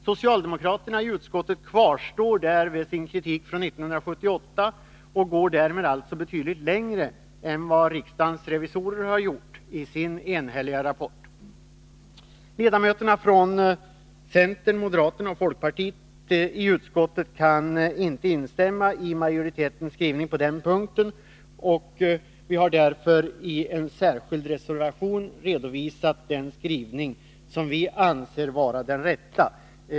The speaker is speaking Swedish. Socialdemokraterna i utskottet kvarstår vid sin kritik från 1978 och går därmed betydligt längre än vad riksdagens revisorer har gjort i sin enhälliga rapport. Utskottsledamöterna från centern, moderata samlingspartiet och folkpartiet kan inte instämma i majoritetens skrivning på den punkten. Vi har därför i en särskild reservation redovisat den skrivning som vi anser vara den rätta.